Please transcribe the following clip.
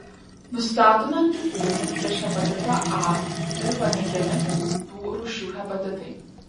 nustatomi antikūnai prieš hepatitą a ir paneigiami kitų rūšių hepatitai